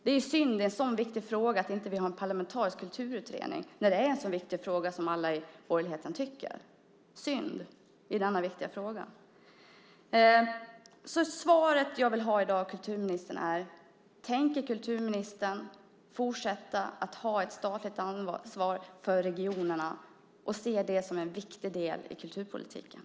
Det är synd att vi inte har en parlamentarisk kulturutredning när alla i borgerligheten tycker att det är en så viktig fråga. Det är synd. Jag vill ha svar av kulturministern i dag på frågan: Tänker kulturministern fortsätta att ta ett statligt ansvar för regionerna och se det som en viktig del i kulturpolitiken?